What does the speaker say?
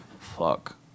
Fuck